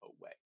away